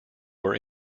were